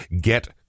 get